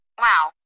Wow